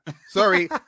Sorry